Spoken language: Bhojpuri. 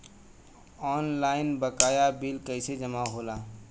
ऑनलाइन बकाया बिल कैसे जमा होला?